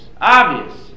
obvious